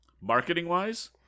marketing-wise